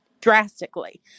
drastically